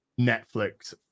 Netflix